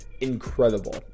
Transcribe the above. incredible